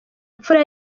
imfura